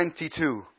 22